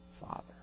Father